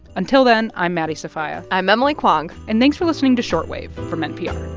until then, i'm maddie sofia i'm emily kwong and thanks for listening to short wave from npr